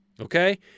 okay